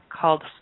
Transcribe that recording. called